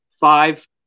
five